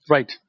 Right